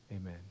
amen